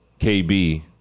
KB